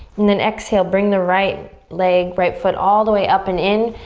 and then exhale. bring the right leg, right foot all the way up and in.